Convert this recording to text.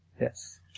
Yes